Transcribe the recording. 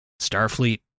Starfleet